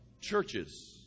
churches